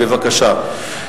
בבקשה.